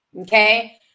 Okay